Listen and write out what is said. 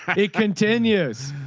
he continues.